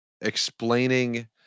explaining